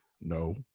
No